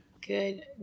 good